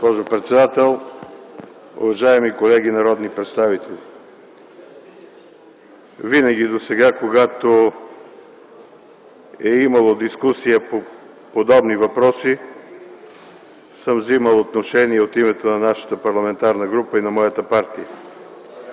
госпожо председател, уважаеми колеги народни представители! Винаги досега, когато е имало дискусия по подобни въпроси, съм взимал отношение от името на нашата парламентарна група и на моята партия.